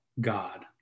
god